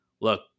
look